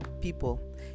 People